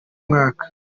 mwaka